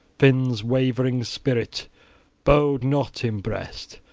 finn's wavering spirit bode not in breast.